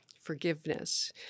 Forgiveness